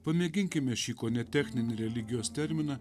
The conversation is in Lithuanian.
pamėginkime šį kone techninį religijos terminą